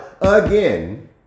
again